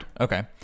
Okay